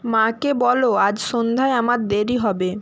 মাকে বলো আজ সন্ধ্যায় আমার দেরি হবে